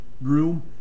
room